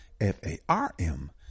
F-A-R-M